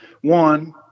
one